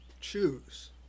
choose